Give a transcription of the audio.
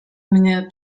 mnie